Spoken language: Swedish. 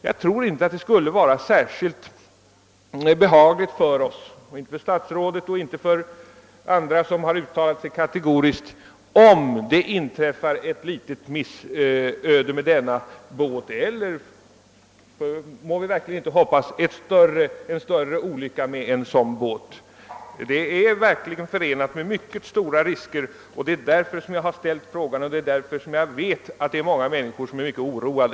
Det skulle inte vara särskilt behagligt för statsrådet eller för andra som har uttalat sig kategoriskt, om det inträffade ett litet missöde med denna båt eller — det må vi verkligen hoppas inte inträffar! — en större olycka. En sådan sjöfart är verkligen förenad med mycket stora risker, och det är därför jag har ställt frågan. Jag vet att många människor är synnerligen oroade.